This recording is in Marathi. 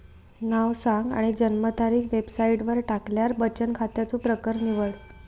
नाव सांग आणि जन्मतारीख वेबसाईटवर टाकल्यार बचन खात्याचो प्रकर निवड